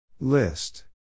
List